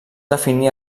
definir